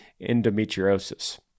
endometriosis